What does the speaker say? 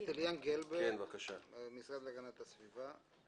המשרד להגנת הסביבה.